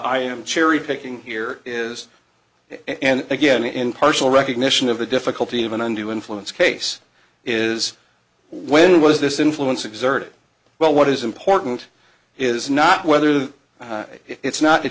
i am cherry picking here is and again in partial recognition of the difficulty of an undue influence case is when was this influence exerted well what is important is not whether the it's not it